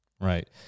right